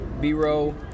B-Row